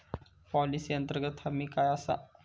Policy अंतर्गत हमी काय आसा?